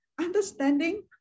Understanding